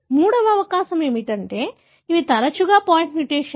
మూడవ అవకాశం ఏమిటంటే ఇవి తరచుగా పాయింట్ మ్యుటేషన్లు